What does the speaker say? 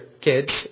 kids